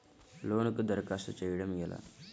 లోనుకి దరఖాస్తు చేయడము ఎలా?